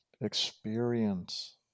Experience